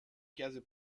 chiese